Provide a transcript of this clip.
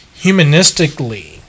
Humanistically